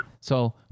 So-